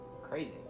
Crazy